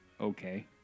okay